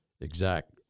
exact